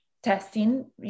testing